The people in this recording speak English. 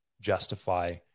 justify